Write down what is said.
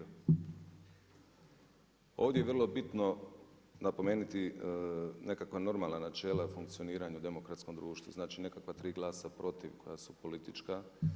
Ovdje je vrlo bitno napomenuti nekakva normalna načela funkcioniranja u demokratskom društvu, znači nekakva tri glasa protiv koja su politička.